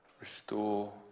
restore